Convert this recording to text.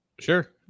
sure